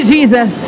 Jesus